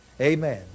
Amen